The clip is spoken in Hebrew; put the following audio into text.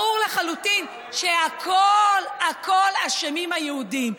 ברור לחלוטין שבכול בכול אשמים היהודים.